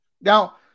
Now